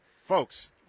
folks